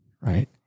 Right